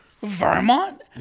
Vermont